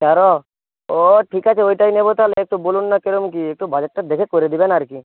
তেরো ও ঠিক আছে ওইটাই নেবো তাহলে একটু বলুন না কিরকম কি একটু বাজেটটা দেখে করে দেবেন আর কি